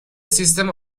سیستم